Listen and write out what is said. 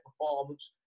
performance